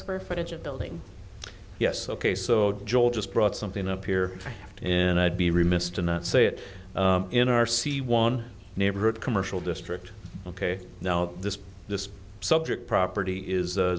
square footage of building yes ok so joe just brought something up here and i'd be remiss to not say it in our c one neighborhood commercial district ok now this this subject property is